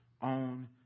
on